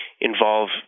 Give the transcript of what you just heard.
involve